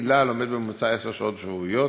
תלמיד היל"ה לומד בממוצע עשר שעות שבועיות.